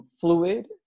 fluid